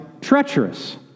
treacherous